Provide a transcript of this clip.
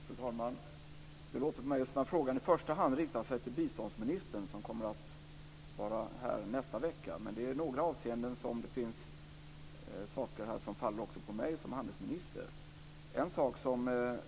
Fru talman! För mig låter det som att frågan i första hand riktar sig till biståndsministern, som kommer att vara här nästa vecka. Men i några avseenden finns det saker här som faller också på mig som handelsminister.